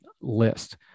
list